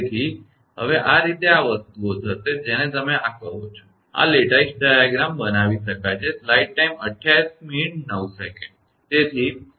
હવે આ રીતે આ વસ્તુઓ હશે જેને તમે આ કહો છો આ લેટિસ ડાયાગ્રામ બનાવી શકાય છે